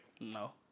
No